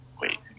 wait